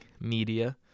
media